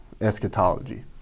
eschatology